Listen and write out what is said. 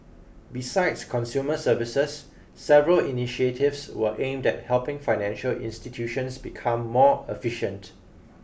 besides consumer services several initiatives were aimed at helping financial institutions become more efficient